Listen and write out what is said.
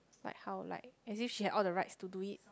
like how like as if she had all the rights to do it